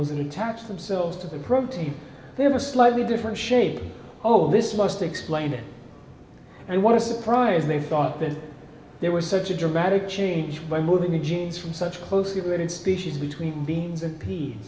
and attach themselves to the protein they have a slightly different shape oh this must explain it and want to surprise they thought that there was such a dramatic change by moving the genes from such closely related species between beans and peas